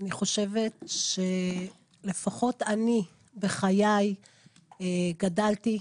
אני חושבת שלפחות אני בחיי גדלתי,